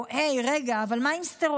או הי, רגע, אבל מה עם סטרואידים?